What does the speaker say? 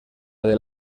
del